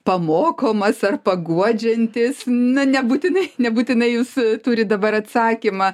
pamokomas ar paguodžiantis na nebūtinai nebūtinai jūs turit dabar atsakymą